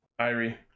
Irie